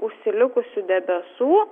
užsilikusių debesų